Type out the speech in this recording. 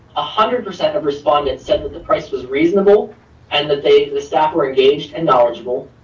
ah hundred percent of respondents said that the price was reasonable and that the the staff were engaged and knowledgeable.